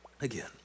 again